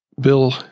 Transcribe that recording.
Bill